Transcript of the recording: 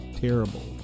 terrible